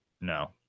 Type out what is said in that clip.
No